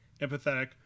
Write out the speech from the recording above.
empathetic